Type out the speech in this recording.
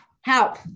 help